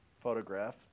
photograph